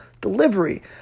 delivery